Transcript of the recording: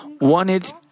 wanted